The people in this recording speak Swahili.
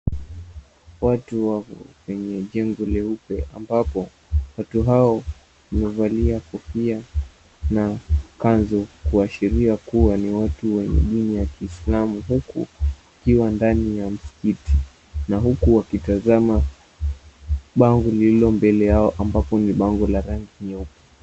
Watu wako kwenye jengo leupe. Ambapo watu hao wamevalia kofia na kanzu, kuashiria kuwa ni watu wenye dini ya kiislamu, huku wakiwa ndani ya msikiti. Na huku wakitazama bango lililo mbele yao, ambapo ni bango la rangi nyeupe.